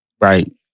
Right